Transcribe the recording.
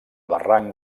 barranc